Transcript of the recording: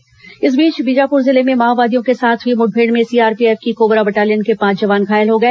माओवादी वारदात इस बीच बीजापुर जिले में माओवादियों के साथ हुई मुठभेड में सीआरपीएफ की कोबरा बटालियन के पांच जवान घायल हो गए